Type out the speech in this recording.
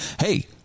hey